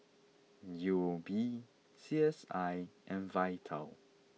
U O B C S I and Vital